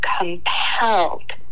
compelled